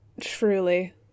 Truly